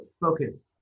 Focus